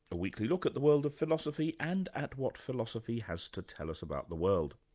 a weekly look at the world of philosophy and at what philosophy has to tell us about the world.